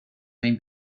may